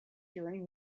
during